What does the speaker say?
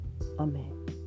Amen